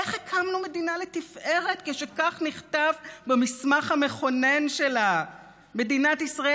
איך הקמנו מדינה לתפארת כשכך נכתב במסמך המכונן שלה: "מדינת ישראל,